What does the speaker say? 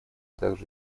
также